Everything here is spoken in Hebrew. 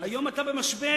היום אתה במשבר.